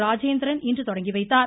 ராஜேந்திரன் இன்று தொடங்கிவைத்தார்